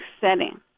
setting